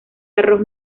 arroz